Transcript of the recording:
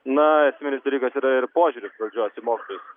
na esminis dalykas yra ir valdžios požiūris į mokytojus